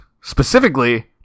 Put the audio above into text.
Specifically